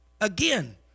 Again